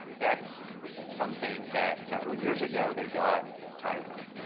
that's something that several years ago they got tired of,